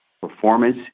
performance